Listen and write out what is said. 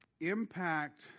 impact